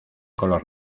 color